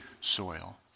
soil